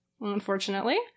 unfortunately